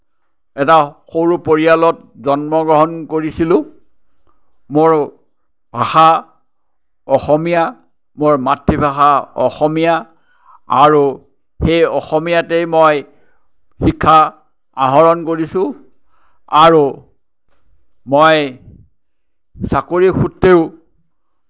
এটা সৰু পৰিয়ালত জন্মগ্ৰহণ কৰিছিলোঁ মোৰ ভাষা অসমীয়া মোৰ মাতৃভাষা অসমীয়া আৰু সেই অসমীয়াতে মই শিক্ষা আহৰণ কৰিছোঁ আৰু মই চাকৰি সূত্ৰেও